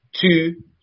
Two